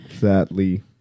sadly